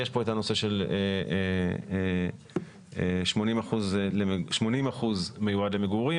יש פה את הנושא של 80% מיועד למגורים,